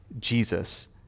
Jesus